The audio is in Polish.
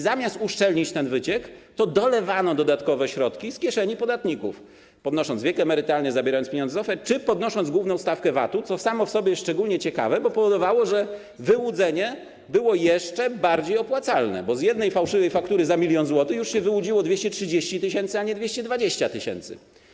Zamiast uszczelnić ten wyciek dolewano dodatkowych środków z kieszeni podatników, podnosząc wiek emerytalny, zabierając pieniądze z OFE czy podnosząc główną stawkę VAT-u, co samo w sobie jest szczególnie ciekawe, bo powodowało, że wyłudzenie było jeszcze bardziej opłacalne, bo z jednej fałszywej faktury na 1 mln zł wyłudziło się 230 tys., a nie 220 tys.